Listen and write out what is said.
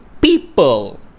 people